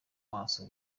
maso